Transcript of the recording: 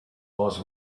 was